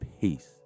peace